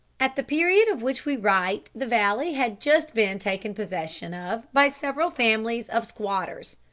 at the period of which we write the valley had just been taken possession of by several families of squatters,